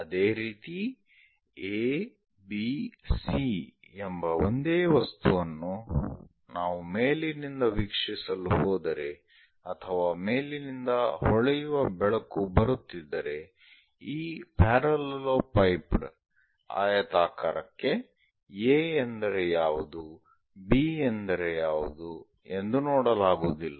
ಅದೇ ರೀತಿ A B C ಎಂಬ ಒಂದೇ ವಸ್ತುವನ್ನು ನಾವು ಮೇಲಿನಿಂದ ವೀಕ್ಷಿಸಲು ಹೋದರೆ ಅಥವಾ ಮೇಲಿನಿಂದ ಹೊಳೆಯುವ ಬೆಳಕು ಬರುತ್ತಿದ್ದರೆ ಈ ಪಾರಲ್ಲೆಲ್ಲೋ ಪೈಪ್ಡ್ ಆಯತಾಕಾರಕ್ಕೆ A ಎಂದರೆ ಯಾವುದು B ಎಂದರೆ ಯಾವುದು ಎಂದು ನೋಡಲಾಗುವುದಿಲ್ಲ